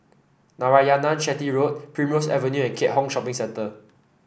Narayanan Chetty Road Primrose Avenue and Keat Hong Shopping Centre